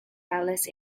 ballast